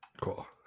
cool